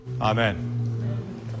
Amen